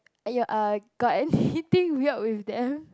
you err got anything weird with them